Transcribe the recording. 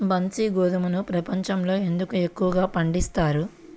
బన్సీ గోధుమను ప్రపంచంలో ఎందుకు ఎక్కువగా పండిస్తారు?